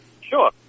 Sure